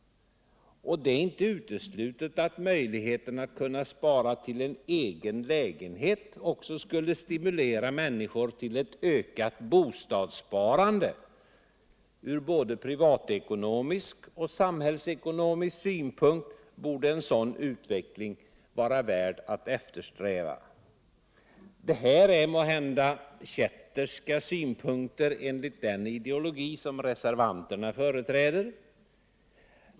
Det är inte uteslutet att möjligheten att spara till en egen lägenhet också skulle stimulera människor till ett ökat bostadssparande. Ur både privatekonomisk och samhällsekonomisk synpunkt borde en sådan utveckling vara värd att eftersträva. Det här är måhända kätterska synpunkter enligt den ideologi som reservanterna företräder.